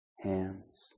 hands